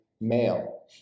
male